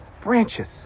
branches